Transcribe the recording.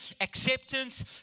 acceptance